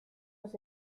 los